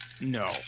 No